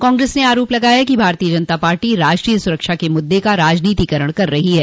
कांग्रेस ने आरोप लगाया है कि भारतीय जनता पार्टी राष्ट्रीय सुरक्षा के मुद्दे का राजनीतिकरण कर रही है